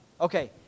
Okay